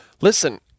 Listen